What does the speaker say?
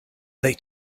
they